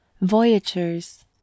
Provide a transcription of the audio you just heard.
Voyagers